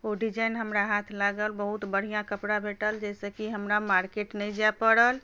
ओ design हमरा हाथ लागल बहुत बढ़िआँ कपड़ा भेटल जाहिसँ कि हमरा मार्केट नहि जाए पड़ल